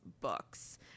books